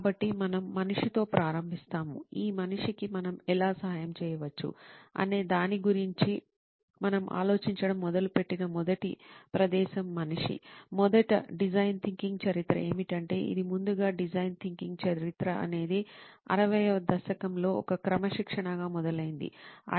కాబట్టి మనం మనిషి తో ప్రారంభిస్తాము ఈ మనిషి కి మనం ఎలా సహాయం చేయవచ్చు అనే దాని గురించి మనం ఆలోచించడం మొదలు పెట్టిన మొదటి ప్రదేశం మనిషి మొదట డిజైన్ థింకింగ్ చరిత్ర ఏమిటంటే ఇది ముందుగా డిజైన్ థింకింగ్ చరిత్ర అనేది 60 వ దశకంలో ఒక క్రమశిక్షణగా మొదలైంది ideo